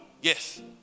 Yes